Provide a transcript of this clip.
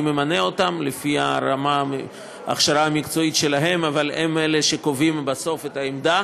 אני ממנה אותם לפי ההכשרה המקצועית שלהם והם קובעים בסוף את העמדה.